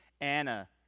Anna